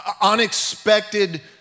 Unexpected